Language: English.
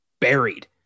buried